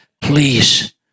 please